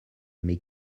mais